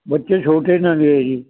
ਬੱਚੇ ਛੋਟੇ ਨੇਗੇ ਆ ਜੀ